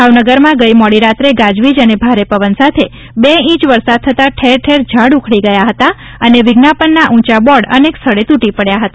ભાવનગરમાં ગઇ મોડી રાત્રે ગાજવીજ અને ભારે પવન સાથે બે ઇંચ વરસાદ થતા ઠેરઠેર ઝાડ ઉખડી ગયા હતા અને વિજ્ઞાપનના ઉંચા બોર્ડ અનેક સ્થળે તૂટી પડ્યા હતા